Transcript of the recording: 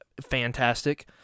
Fantastic